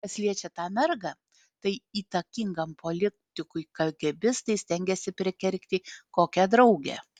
kas liečia tą mergą tai įtakingam politikui kagėbistai stengiasi prikergti kokią draugę